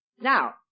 Now